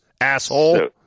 asshole